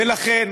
לכן,